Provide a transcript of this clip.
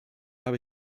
habe